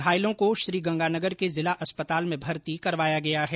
घायलों को श्रीगंगानगर के जिला अस्पताल में भर्ती करया गया है